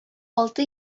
алты